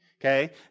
Okay